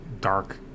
dark